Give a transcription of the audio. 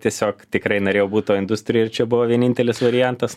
tiesiog tikrai norėjau būt toj industrijoj ir čia buvo vienintelis variantas